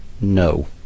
No